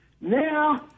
now